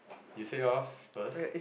you say yours first